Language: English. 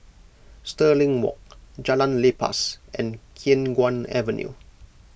Stirling Walk Jalan Lepas and Khiang Guan Avenue